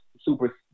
super